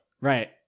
Right